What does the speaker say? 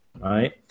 right